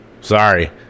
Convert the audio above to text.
Sorry